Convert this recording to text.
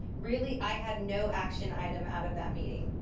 really, i had no action item out of that meeting.